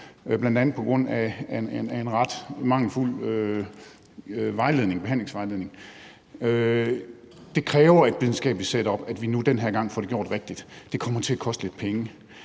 den, bl.a. på grund af en ret mangelfuld behandlingsvejledning. Det kræver et videnskabeligt setup, at vi nu den her gang får det gjort rigtigt. Det kommer til at koste lidt penge.